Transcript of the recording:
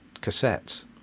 cassettes